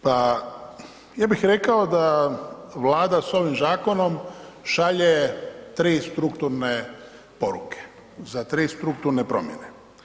Pa ja bih rekao da Vlada s ovim zakonom šaljem tri strukturne poruke za tri strukturne promjene.